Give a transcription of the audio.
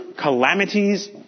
calamities